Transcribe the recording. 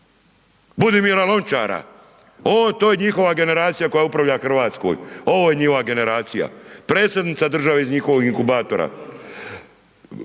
Budimira Lončara, to je njihova generacija koja upravlja Hrvatskom, ovo je njihova generacija. Predsjednica države je iz njihovog inkubatora.